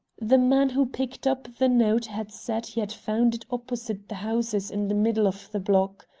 the man who picked up the note had said he had found it opposite the houses in the middle of the block.